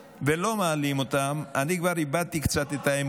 ולא מעלים אותן, אני כבר איבדתי קצת את האמון.